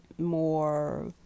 more